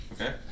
Okay